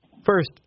First